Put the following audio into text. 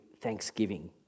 thanksgiving